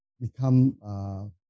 become